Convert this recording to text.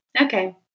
okay